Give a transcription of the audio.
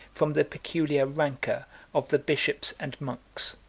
from the peculiar rancor of the bishops and monks.